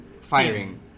firing